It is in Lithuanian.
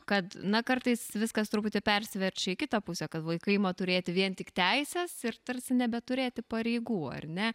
kad na kartais viskas truputį persiverčia į kitą pusę kad vaikai ima turėti vien tik teises ir tarsi nebeturėti pareigų ar ne